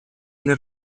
для